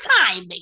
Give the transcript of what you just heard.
time